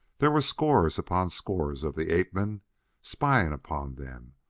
there were scores upon scores of the ape-men spying upon them,